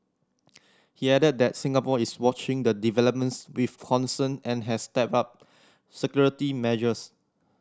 he added that Singapore is watching the developments with concern and has stepped up security measures